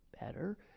better